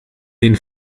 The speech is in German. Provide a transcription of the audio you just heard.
den